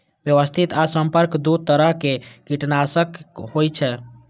व्यवस्थित आ संपर्क दू तरह कीटनाशक होइ छै